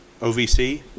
ovc